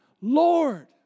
Lord